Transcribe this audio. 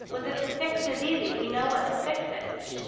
was that the fix is easy. we know what the fix is.